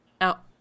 out